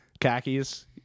khakis